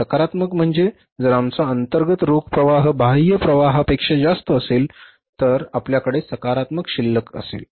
सकारात्मक म्हणजे जर आमचा अंतर्गत रोख प्रवाह बाह्य प्रवाहापेक्षा जास्त असेल तर आपल्याकडे सकारात्मक शिल्लक असेल